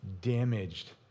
damaged